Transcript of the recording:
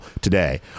today